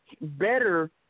better